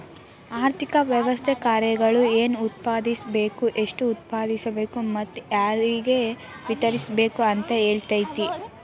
ಆರ್ಥಿಕ ವ್ಯವಸ್ಥೆ ಕಾರ್ಯಗಳು ಏನ್ ಉತ್ಪಾದಿಸ್ಬೇಕ್ ಎಷ್ಟು ಉತ್ಪಾದಿಸ್ಬೇಕು ಮತ್ತ ಯಾರ್ಗೆ ವಿತರಿಸ್ಬೇಕ್ ಅಂತ್ ಹೇಳ್ತತಿ